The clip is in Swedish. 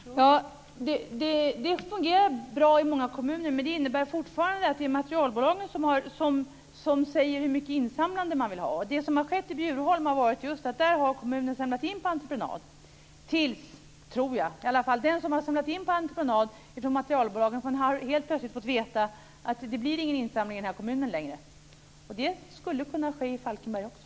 Fru talman! Det fungerar bra i många kommuner. Men det innebär fortfarande att det är materialbolagen som säger hur mycket insamlande man vill ha. I Bjurholm har kommunen samlat in på entreprenad, jag tror i alla fall att det är så. Den som har samlat in på entreprenad åt materialbolagen har i alla fall helt plötsligt fått veta att det inte blir någon insamling i kommunen längre. Det skulle kunna ske i Falkenberg också.